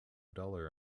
dollar